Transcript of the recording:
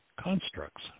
constructs